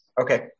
Okay